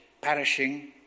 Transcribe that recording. perishing